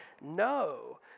no